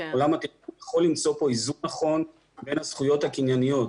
עולם התכנון יכול למצוא כאן איזון נכון בין הזכויות הקנייניות.